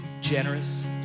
generous